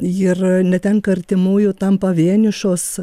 ir netenka artimųjų tampa vienišos